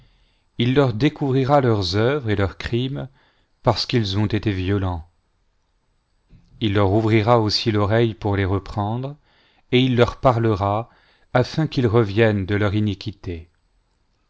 il leur découvrira leurs œuvres et leurs crimes parce qu'ils ont été violents il leur ouvrira aussi l'oreille pour les reprendre et il leur parlera afin qu'ils reviennent de leur iniquité